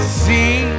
see